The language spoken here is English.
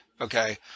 Okay